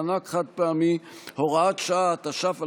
מענק חד-פעמי) (הוראת שעה) התש"ף 2020,